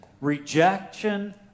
rejection